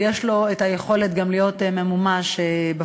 יש לו היכולת גם להיות ממומש בפועל,